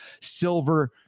Silver